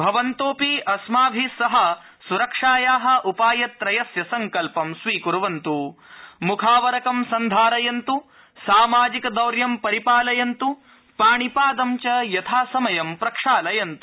भवन्तोऽपि अस्माभि सह सुरक्षाया उपायत्रयस्य संकल्पं स्वीक्वन्तु मुखावरंक सन्धारयन्त सामाजिकदौर्य परिपालयन्त् पाणिपादं च यथासमयं प्रक्षालयन्तु